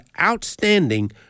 outstanding